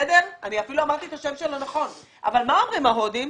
אבל מה אומרים ההודים?